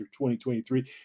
2023